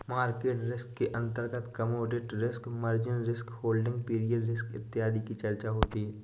market risk के अंतर्गत commodity risk, margin risk, holding period risk इत्यादि की चर्चा होती है